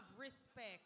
respect